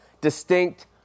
distinct